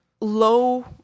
Low